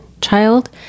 child